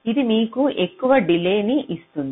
ఇది మీకు ఎక్కువ డిలే ని ఇస్తుంది